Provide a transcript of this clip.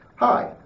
Hi